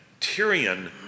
Tyrion